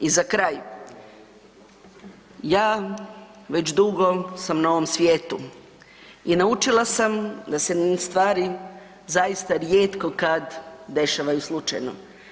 I za kraj, ja već dugo sam na ovom svijetu i naučila sam da se stvari zaista rijeko kad dešavaju slučajno.